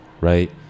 right